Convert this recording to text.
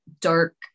dark